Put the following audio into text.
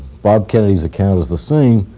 bob kennedy's account is the same